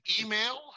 email